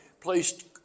placed